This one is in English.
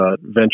venture